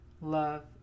love